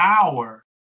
power